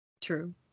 True